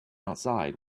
outside